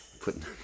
putting